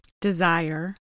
desire